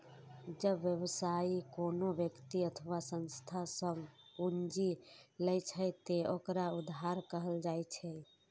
जब व्यवसायी कोनो व्यक्ति अथवा संस्था सं पूंजी लै छै, ते ओकरा उधार कहल जाइ छै